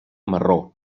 marró